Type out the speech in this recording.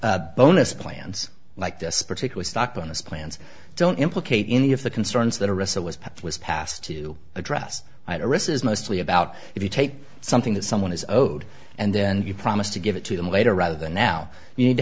bonus plans like this particular stock bonus plans don't implicate any of the concerns that are wrestlers path was passed to address iris is mostly about if you take something that someone is owed and then you promise to give it to them later rather than now you need to